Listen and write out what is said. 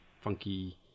Funky